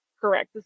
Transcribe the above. correct